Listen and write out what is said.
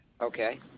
Okay